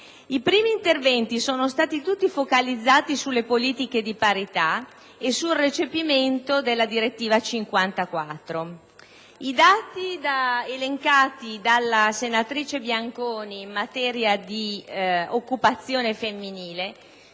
I primi interventi sono stati tutti focalizzati sulle politiche di parità e sul recepimento della direttiva n. 54 del 2006. I dati già elencati dalla senatrice Bianconi in materia di occupazione femminile